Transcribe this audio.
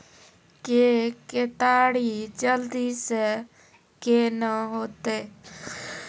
के केताड़ी जल्दी से के ना होते?